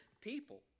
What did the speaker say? people